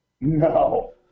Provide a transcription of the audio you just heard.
no